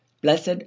blessed